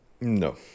No